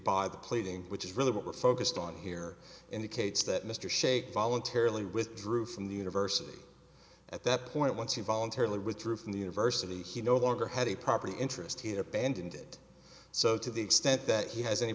the pleading which is really what we're focused on here indicates that mr shake voluntarily withdrew from the university at that point once he voluntarily withdrew from the university he no longer had a property interest he abandoned it so to the extent that he has any